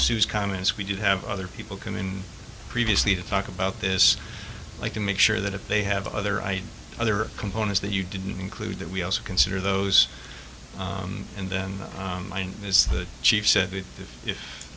sue's comments we did have other people come in previously to talk about this like to make sure that if they have other ideas other components that you didn't include that we also consider those and then mine is the chief said that if